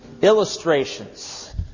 Illustrations